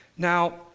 Now